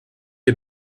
est